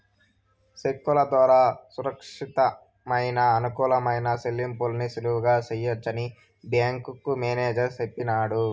సెక్కుల దోరా సురచ్చితమయిన, అనుకూలమైన సెల్లింపుల్ని సులువుగా సెయ్యొచ్చని బ్యేంకు మేనేజరు సెప్పినాడు